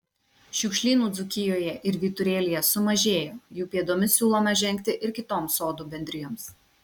šiukšlynų dzūkijoje ir vyturėlyje sumažėjo jų pėdomis siūloma žengti ir kitoms sodų bendrijoms